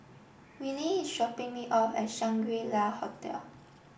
Willy is dropping me off at Shangri La Hotel